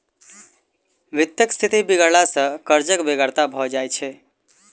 वित्तक स्थिति बिगड़ला सॅ कर्जक बेगरता भ जाइत छै